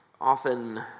Often